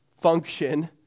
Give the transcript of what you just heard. function